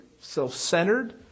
self-centered